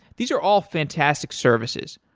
these are all fantastic services,